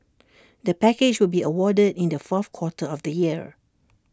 the package will be awarded in the fourth quarter of the year